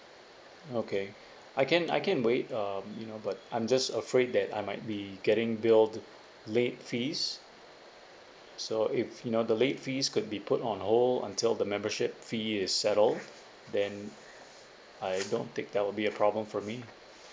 okay I can I can wait um you know but I'm just afraid that I might be getting billed late fees so if you know the late fees could be put on hold until the membership fee is settled then I don't think that will be a problem for me